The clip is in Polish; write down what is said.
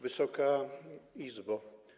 Wysoka Izbo!